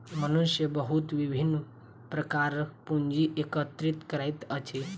मनुष्य बहुत विभिन्न प्रकारक पूंजी एकत्रित करैत अछि